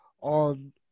on